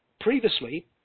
previously